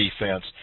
defense